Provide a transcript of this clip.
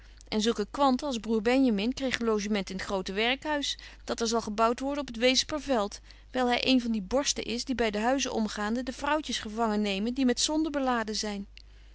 en zulke kwanten als broer benjamin kregen logement in t grote werkhuis dat er zal gebouwt worden op t wezeper veld wyl hy een van die borsten is die by de huizen omgaande de vrouwtjes gevangen nemen die met zonden beladen zyn